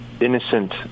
innocent